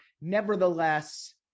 nevertheless